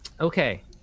Okay